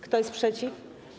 Kto jest przeciw?